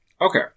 Okay